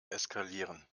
eskalieren